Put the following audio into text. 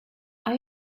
are